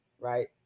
right